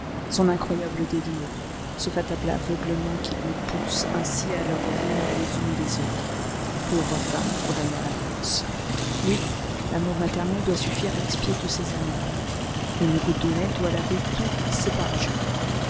son incroyable délire ce fatal aveuglement qui les pousse ainsi à leur ruine les unes et les autres pauvres femmes condamnées à l'avance oui l'amour maternel doit suffire à expier tous ces amours une goutte de lait doit laver tous ces